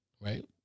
right